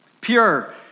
Pure